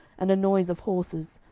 and a noise of horses,